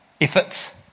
efforts